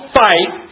fight